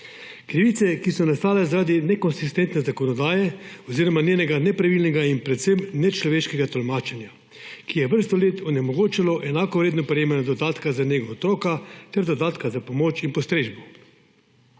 Krivice, ki so nastale zaradi nekonsistentne zakonodaje oziroma njenega nepravilnega in predvsem nečloveškega tolmačenja, ki je vrsto let onemogočalo enakovredno prejemanje dodatka za nego otroka ter dodatka za pomoč in postrežbo.